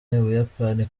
ubuyapani